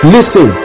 Listen